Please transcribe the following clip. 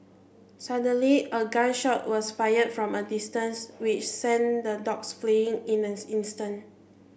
suddenly a gun shot was fired from a distance which sent the dogs fleeing in an instant